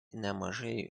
nemažai